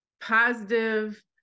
positive